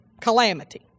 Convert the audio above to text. calamity